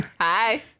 hi